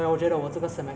就是